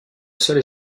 seule